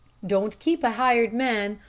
don't keep a hired man.